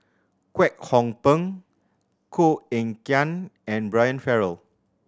Kwek Hong Png Koh Eng Kian and Brian Farrell